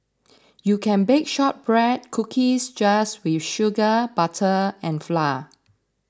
you can bake Shortbread Cookies just with sugar butter and flour